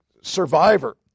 survivor